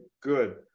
good